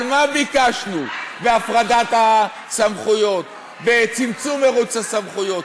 מה ביקשנו בהפרדת הסמכויות, בצמצום מרוץ הסמכויות?